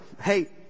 hey